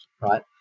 right